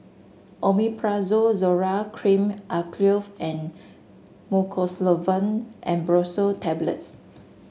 Omeprazole Zoral Cream Acyclovir and Mucosolvan AmbroxoL Tablets